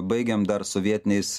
baigėm dar sovietiniais